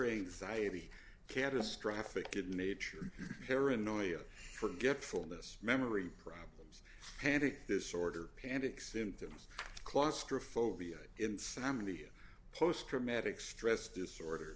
anxiety catastrophic in nature paranoia forgetfulness memory problems panic disorder panic symptoms claustrophobia insomnia post traumatic stress disorder